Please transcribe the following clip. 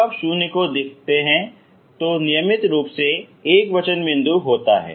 जब आप शून्य को देखते हैं तो नियमित रूप से एकवचन बिंदु होता है